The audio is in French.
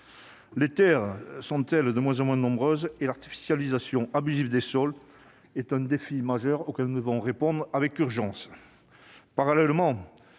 les terres sont de moins en moins nombreuses et l'artificialisation abusive des sols est un défi majeur auquel nous devons répondre d'urgence.